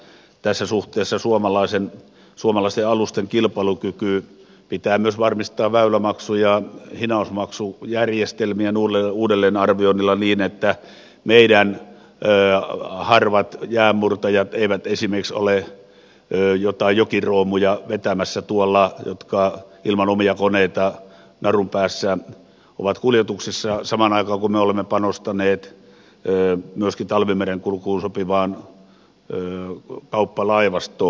tässä suhteessa suomalaisten alusten kilpailukyky pitää myös varmistaa väylämaksu ja hinausmaksujärjestelmien uudelleenarvioinnilla niin että meidän harvat jäänmurtajamme eivät esimerkiksi ole tuolla vetämässä joitain jokiproomuja jotka ilman omia koneita narun päässä ovat kuljetuksessa samaan aikaan kun me olemme panostaneet myöskin talvimerenkulkuun sopivaan kauppalaivastoon